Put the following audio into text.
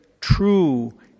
true